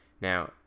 Now